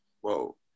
Whoa